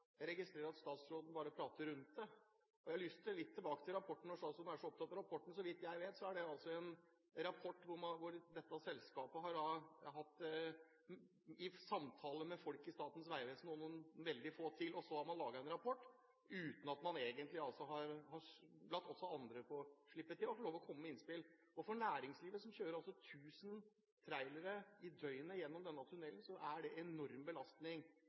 Jeg registrerer at statsråden bare prater rundt det. Jeg har lyst til å gå litt tilbake til rapporten som statsråden er så opptatt av. Så vidt jeg vet, er det en rapport hvor dette selskapet har hatt samtaler med folk i Statens vegvesen og noen veldig få til. Så har man laget en rapport uten at man egentlig har latt også andre få slippe til og komme med innspill. For næringslivet, som kjører 1 000 trailere i døgnet gjennom denne tunnelen, er det en enorm belastning,